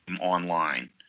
online